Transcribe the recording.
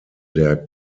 der